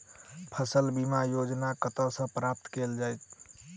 फसल बीमा योजना कतह सऽ प्राप्त कैल जाए?